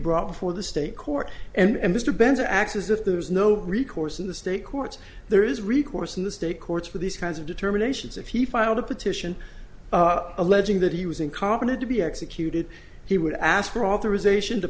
brought before the state court and mr banta acts as if there is no recourse in the state courts there is recourse in the state courts with these kinds of determinations if he filed a petition alleging that he was incompetent to be executed he would ask for authorization to